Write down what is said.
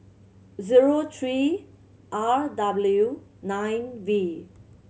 zero three R W nine V